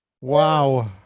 Wow